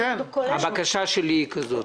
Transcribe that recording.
הבקשה שלי היא כזאת.